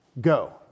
go